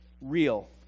real